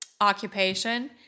occupation